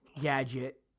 gadget